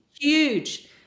huge